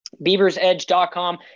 beaversedge.com